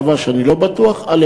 דבר שאני לא בטוח בו,